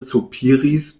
sopiris